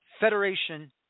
Federation